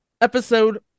episode